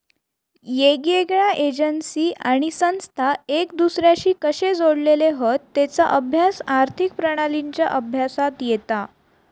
येगयेगळ्या एजेंसी आणि संस्था एक दुसर्याशी कशे जोडलेले हत तेचा अभ्यास आर्थिक प्रणालींच्या अभ्यासात येता